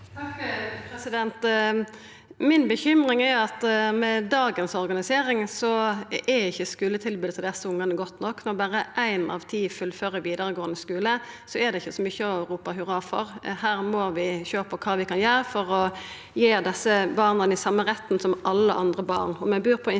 Toppe Bekymringa mi er at med dagens organisering er ikkje skuletilbodet til desse ungane godt nok. Når berre éin av ti fullfører vidaregåande skule, er det ikkje så mykje å ropa hurra for. Her må vi sjå på kva vi kan gjera for å gi desse barna den same retten som alle andre barn.